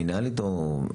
נומינלית או ---?